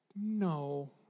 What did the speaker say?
no